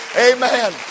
Amen